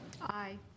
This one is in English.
Aye